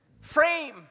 frame